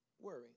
worry